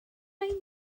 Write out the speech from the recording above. mae